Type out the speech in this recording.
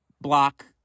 block